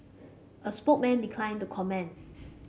a spokesman declined to comment